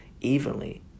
evenly